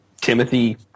Timothy